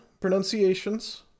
pronunciations